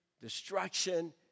destruction